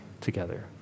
together